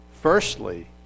Firstly